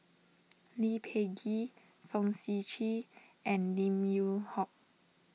Lee Peh Gee Fong Sip Chee and Lim Yew Hock